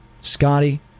Scotty